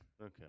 Okay